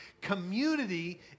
community